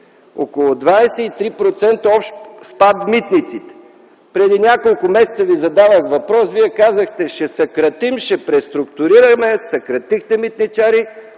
Около 23% има общ спад от „Митници”. Преди няколко месеца Ви зададох въпрос, Вие казахте, ще съкратим, ще преструктурираме. Съкратихте митничари,